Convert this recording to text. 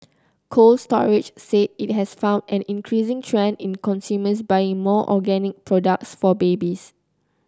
Cold Storage said it has found an increasing trend in consumers buying more organic products for babies